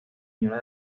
señora